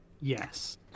yes